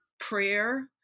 prayer